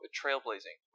trailblazing